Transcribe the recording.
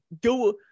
go